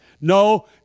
No